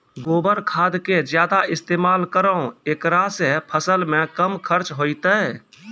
गोबर खाद के ज्यादा इस्तेमाल करौ ऐकरा से फसल मे कम खर्च होईतै?